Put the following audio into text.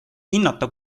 hinnata